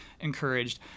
encouraged